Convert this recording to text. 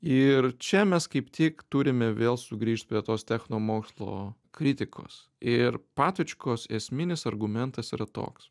ir čia mes kaip tik turime vėl sugrįžt prie tos technomokslo kritikos ir patočkos esminis argumentas yra toks